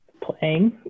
Playing